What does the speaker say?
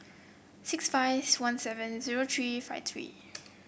six five one seven zero three five three